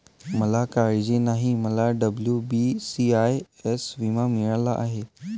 मला काळजी नाही, मला डब्ल्यू.बी.सी.आय.एस विमा मिळाला आहे